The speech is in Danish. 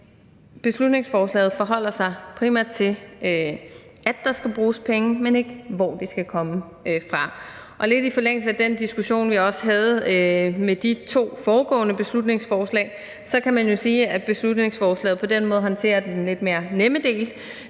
beslutningsforslaget forholder sig primært til, at der skal bruges penge, men ikke hvor de skal komme fra. Lidt i forlængelse af den diskussion, vi også havde vedrørende de to foregående beslutningsforslag, kan man sige, at beslutningsforslaget på den måde håndterer den lidt mere nemme del,